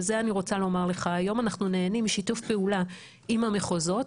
בזה אני רוצה לומר שהיום אנחנו נהנים משיתוף פעולה עם המחוזות.